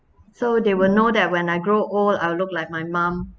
so they will know that when I grow old I'll look like my mum